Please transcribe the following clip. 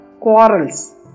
quarrels